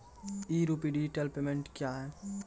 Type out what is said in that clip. ई rupee digital payment क्या हैं?